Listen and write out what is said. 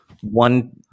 one